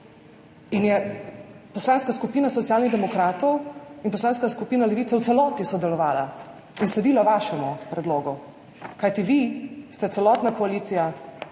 in sta Poslanska skupina Socialnih demokratov in Poslanska skupina Levica v celoti sodelovali in sledili vašemu predlogu, kajti vi, celotna koalicija,